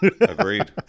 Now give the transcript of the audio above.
agreed